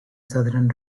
southern